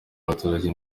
abaturage